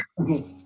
Okay